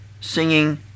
singing